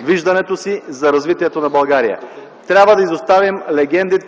виждането си за развитието на България. Трябва да изоставим легендите,